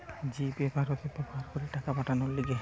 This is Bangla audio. জি পে ভারতে ব্যবহার করে টাকা পাঠাবার লিগে